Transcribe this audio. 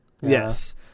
yes